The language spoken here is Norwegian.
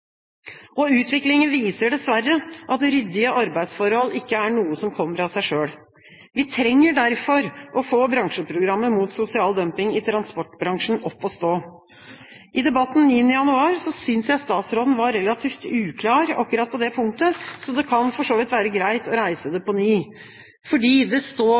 viser dessverre at ryddige arbeidsforhold ikke er noe som kommer av seg selv. Vi trenger derfor å få bransjeprogrammet mot sosial dumping i transportbransjen opp å stå. I debatten 9. januar syntes jeg statsråden var relativt uklar akkurat på det punktet, så det kan for så vidt være greit å reise det på ny. For i Sundvolden-erklæringa står